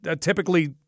typically